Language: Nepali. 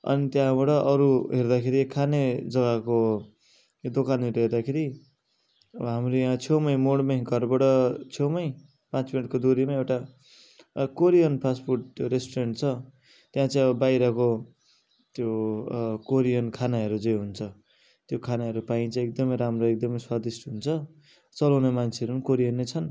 अनि त्यहाँबाट अरू हेर्दाखेरि खाने जगाको यो दोकानहरू हेर्दाखेरि अब हाम्रो यहाँ छेउमा मोडमा घरबाट छेउमा पाँच मिनटको दूरीमा एउटा कोरियन फास्ट फुड रेस्टुरेन्ट छ त्यहाँ चाहिँ अब बाहिरको त्यो कोरियन खानाहरू जे हुन्छ त्यो खानाहरू पाइन्छ एकदम राम्रो एकदमै स्वादिष्ट हुन्छ चलाउने मान्छेहरू कोरियन नै छन्